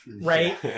Right